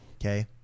Okay